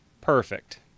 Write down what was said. perfect